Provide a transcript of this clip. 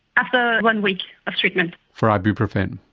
after one week of treatment. for ibuprofen?